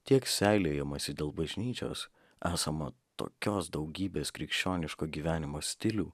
tiek seilėjimąsi dėl bažnyčios esama tokios daugybės krikščioniško gyvenimo stilių